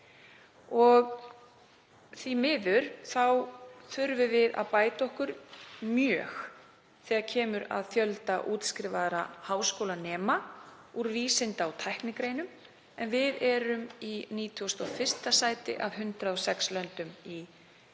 Því miður þurfum við að bæta okkur mjög þegar kemur að fjölda útskrifaðra háskólanema úr vísinda- og tæknigreinum, en við erum í 91. sæti af 106 löndum á